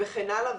וכן הלאה,